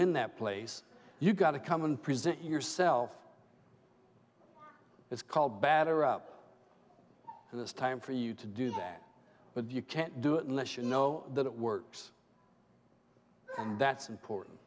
in that place you've got to come and present yourself it's called batter up and this time for you to do that but you can't do it unless you know that it works and that's important